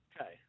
Okay